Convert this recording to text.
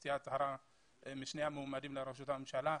ולהוציא הצהרה משני המועמדים לראשות הממשלה.